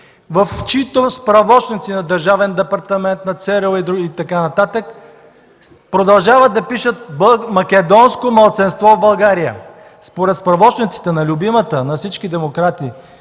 в чиито справочници – на Държавен департамент, на ЦРУ и други, продължават да пишат „македонско малцинство в България”. Справочниците на любимата на всички демократи